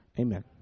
amen